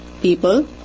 people